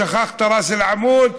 שכחת את ראס אל-עמוד,